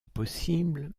possible